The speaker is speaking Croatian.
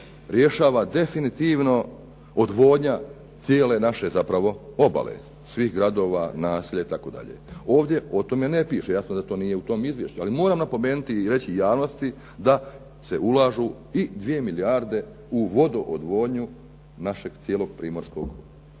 rješava definitivno odvodnja cijele naše zapravo obale, svih gradova, naselja itd.. Ovdje o tome ne piše, jasno da to nije u tom izvješću. Ali moram napomenuti i reći javnosti da se ulažu i dvije milijarde u vodoodvodnju našeg cijelog primorskog